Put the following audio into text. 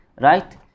right